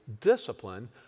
discipline